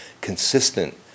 consistent